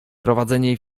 prowadzenie